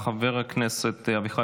חבר הכנסת אביחי